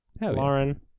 Lauren